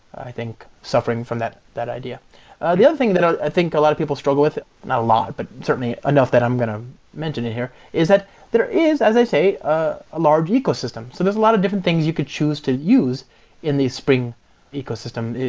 i think, suffering from that that idea the other thing that i think a lot of people struggle with, not a lot, but certainly enough that i'm going to mention it here, is that there is, as i say, a large ecosystem. so there's a lot of different things you could choose to use in the spring ecosystem.